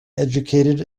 educated